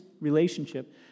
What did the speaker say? relationship